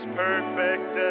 perfect